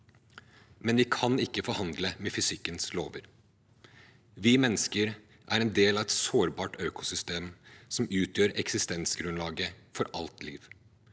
Men vi kan ikke forhandle med fysikkens lover. Vi mennesker er en del av et sårbart økosystem som utgjør eksistensgrunnlaget for alt liv.